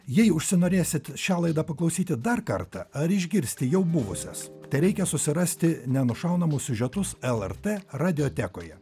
jei užsinorėsit šią laidą paklausyti dar kartą ar išgirsti jau buvusias tereikia susirasti nenušaunamus siužetus lrt radiotekoje